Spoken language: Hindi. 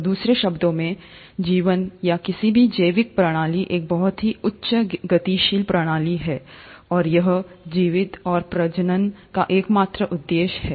तो दूसरे शब्दों में जीवन या किसी भी जैविक प्रणाली एक बहुत ही उच्च गतिशील प्रणाली है और यह जीवित और प्रजनन का एकमात्र उद्देश्य है